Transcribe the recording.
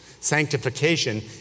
Sanctification